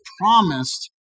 promised